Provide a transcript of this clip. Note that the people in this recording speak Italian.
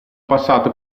passato